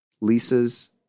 Lisa's